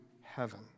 heaven